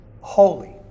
holy